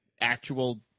actual